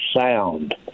sound